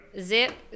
Zip